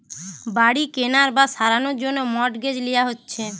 বাড়ি কেনার বা সারানোর জন্যে মর্টগেজ লিয়া হচ্ছে